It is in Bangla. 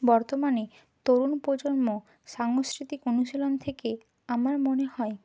বর্তমানে তরুণ প্রজন্ম সাংস্কৃতিক অনুশীলন থেকে আমার মনে হয়